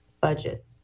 budget